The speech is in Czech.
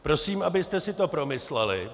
Prosím, abyste si to promysleli.